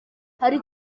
hari